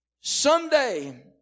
someday